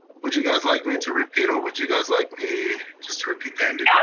would you guys like me to repeat or would you guys like me just to repeat the ending? no,